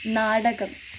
നാടകം